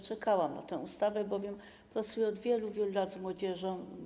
Czekałam na tę ustawę, bowiem pracuję od wielu, wielu lat z młodzieżą.